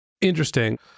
Interesting